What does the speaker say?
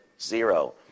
Zero